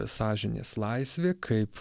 sąžinės laisvė kaip